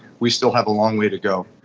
we still have a long way to go.